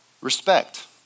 respect